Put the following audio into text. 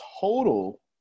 total